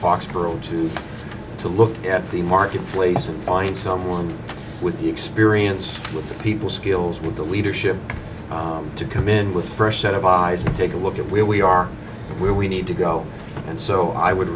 foxborough to to look at the marketplace and find someone with the experience with the people skills with the leadership to come in with fresh set of eyes and take a look at where we are where we need to go and so i would